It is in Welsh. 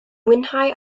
mwynhau